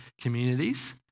communities